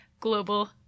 global